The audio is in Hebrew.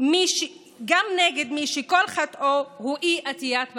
מי שכל חטאו הוא אי-עטיית מסכה,